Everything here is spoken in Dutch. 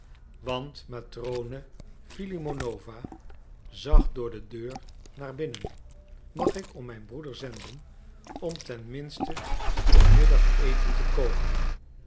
want matrone filimonowna zag door de deur naar binnen mag ik om mijn broeder zenden om ten minste het middageten te koken